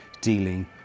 dealing